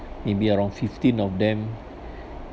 maybe around fifteen of them